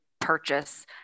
purchase